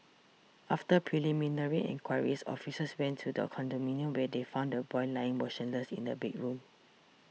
after preliminary enquiries officers went to the condominium where they found the boy lying motionless in a bedroom